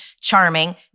charming